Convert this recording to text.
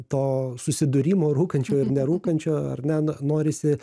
to susidūrimo rūkančio ir nerūkančio ar ne norisi